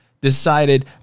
decided